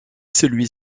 celui